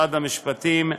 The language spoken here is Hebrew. משרד המשפטים,